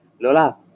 Lola